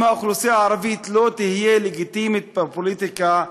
שאם האוכלוסייה הערבית לא תהיה לגיטימית בפוליטיקה,